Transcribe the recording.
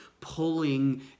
pulling